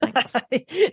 Thanks